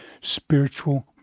spiritual